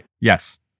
Yes